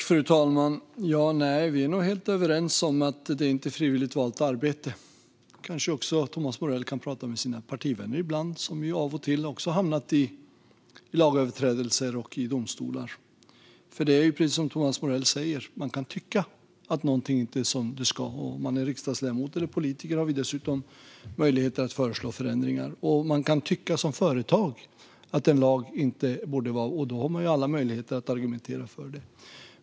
Fru talman! Vi är nog helt överens om att detta inte är ett frivilligt valt arbete. Kanske Thomas Morell även kan prata med sina partivänner ibland, som ju av och till också har hamnat i lagöverträdelser och domstolar. Det är precis som Thomas Morell säger: Man kan tycka att någonting inte är som det ska vara. Som riksdagsledamöter eller politiker har vi dessutom möjlighet att föreslå förändringar. Man kan tycka som företag att en lag inte borde vara som den är, och då har man alla möjligheter att argumentera för det.